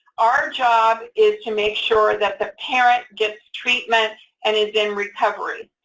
our job is to make sure that the parent gets treatment and is in recovery.